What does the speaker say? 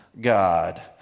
God